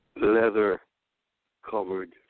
leather-covered